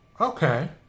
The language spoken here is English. Okay